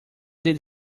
did